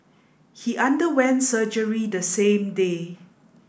he underwent surgery the same day